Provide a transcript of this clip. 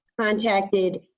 contacted